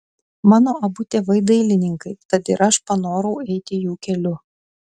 mano abu tėvai dailininkai tad ir aš panorau eiti jų keliu